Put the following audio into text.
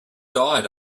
died